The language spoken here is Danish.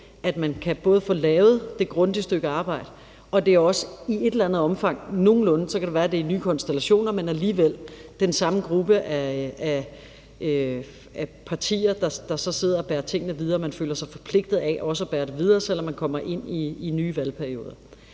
at man både kan få lavet det grundige stykke arbejde, og at det også i et eller andet omfang – så kan det være, det er nye konstellationer – er den samme gruppe af partier, der så sidder og bærer tingene videre, og at man også føler sig forpligtet til at bære det videre, selv om man kommer ind i nye valgperioder.